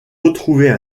retrouver